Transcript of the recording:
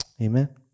Amen